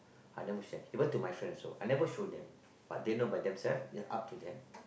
I never share it went to my friend also I never show them but they know by them self it up to them